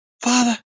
Father